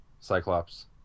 cyclops